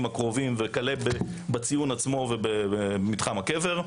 הקרובים וכלה בציון עצמו ובמתחם הקבר.